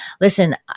Listen